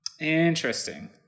Interesting